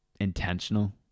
Intentional